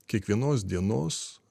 kiekvienos dienos